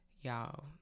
y'all